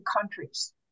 countries